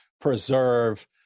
preserve